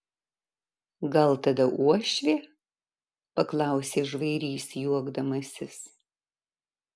gal tada uošvė paklausė žvairys juokdamasis